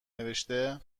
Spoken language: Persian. نوشته